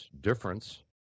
difference